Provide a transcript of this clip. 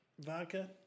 vodka